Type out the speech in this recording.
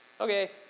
okay